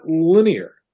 linear